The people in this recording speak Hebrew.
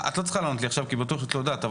את לא צריכה לענות לי עכשיו כי בטוח שאת לא יודעת,